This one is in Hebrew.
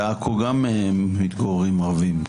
בעכו גם מתגוררים ערבים.